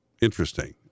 interesting